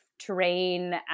terrain